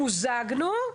מוזגנו,